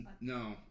no